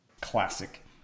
Classic